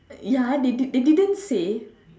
ya they did they didn't say